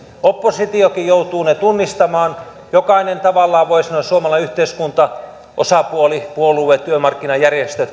oppositiokin joutuu ne tunnistamaan jokainen tavallaan voi sanoa suomalainen yhteiskuntaosapuoli puolueet työmarkkinajärjestöt